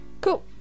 Cool